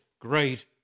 great